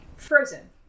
Frozen